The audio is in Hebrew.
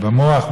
זה במוח,